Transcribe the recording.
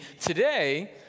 today